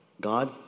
God